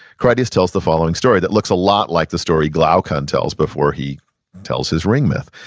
critias tells the following story that looks a lot like the story glaucon tells before he tells his ring myth.